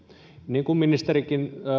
niin kuin ministerikin